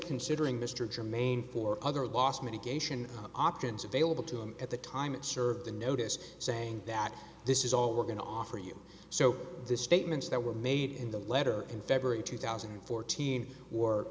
considering mr germain for other loss mitigation options available to him at the time it served a notice saying that this is all we're going to offer you so the statements that were made in the letter in february two thousand and fourteen